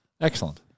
Excellent